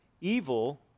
evil